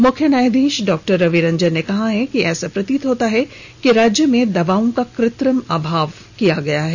मुख्य न्यायधीश डॉ रवि रंजन ने कहा है कि ऐसा प्रतीत होता है कि राज्य में दवाओं का कृ त्रिम अभाव किया गया है